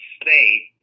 state